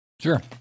Sure